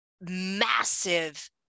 massive